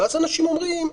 ואז אנשים אומרים: